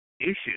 issues